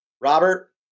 Robert